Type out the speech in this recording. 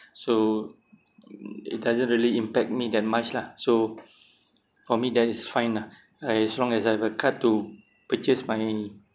so it doesn't really impact me that much lah so for me that is fine lah as long as I have a card to purchase my